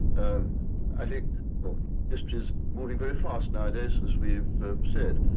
i think history is moving very fast nowadays, as we've said.